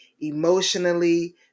emotionally